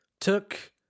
took